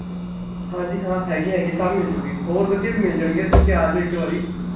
ਹਾਂਜੀ ਹਾਂ ਹੈਗੇ ਹੈਗੇ ਸਭ ਮਿਲਜੂਗੀ ਹੋਰ ਵਧੀਆ ਵੀ ਮਿਲ ਜਾਣਗੀਆਂ ਤੁਸੀਂ ਆਜੋ ਇੱਕ ਵਾਰੀ